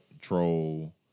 troll